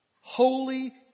Holy